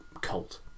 cult